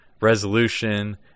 resolution